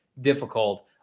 difficult